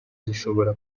zishobora